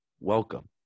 Welcome